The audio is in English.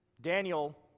Daniel